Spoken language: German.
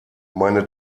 meine